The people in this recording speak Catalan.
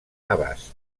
navàs